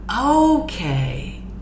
Okay